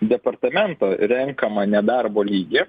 departamento renkamą nedarbo lygį